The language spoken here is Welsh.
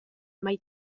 mae